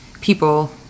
people